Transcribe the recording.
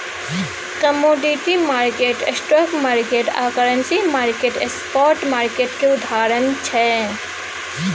commodity market, stock market आ currency market spot market केर उदाहरण छै